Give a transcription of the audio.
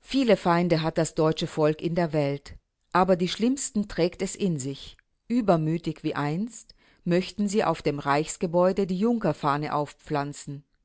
viele feinde hat das deutsche volk in der welt aber die schlimmsten trägt es in sich übermütig wie einst möchten sie auf dem reichsgebäude die junkerfahne aufpflanzen